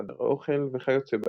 חדר האוכל וכיוצא באלה.